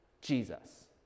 Jesus